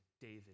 David